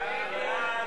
סעיף 4,